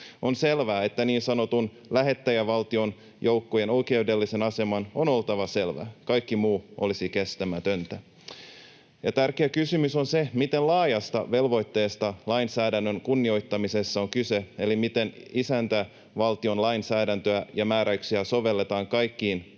On selvää, että niin sanotun lähettäjävaltion joukkojen oikeudellisen aseman on oltava selvä. Kaikki muu olisi kestämätöntä. Tärkeä kysymys on se, miten laajasta velvoitteesta lainsäädännön kunnioittamisessa on kyse eli miten isäntävaltion lainsäädäntöä ja määräyksiä sovelletaan kaikkiin